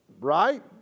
Right